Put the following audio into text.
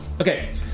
Okay